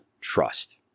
trust